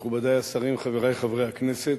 מכובדי השרים, חברי חברי הכנסת,